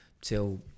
till